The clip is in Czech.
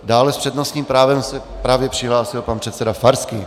Dále s přednostním právem se právě přihlásil pan předseda Farský.